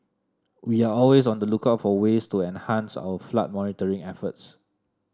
we are always on the lookout for ways to enhance our flood monitoring efforts